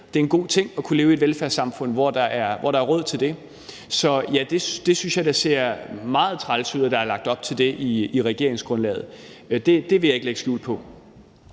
Det er en god ting at kunne leve i et velfærdssamfund, hvor der er råd til det. Så jeg synes da, at det er meget træls, at der er lagt op til det i regeringsgrundlaget. Det vil jeg ikke lægge skjul på.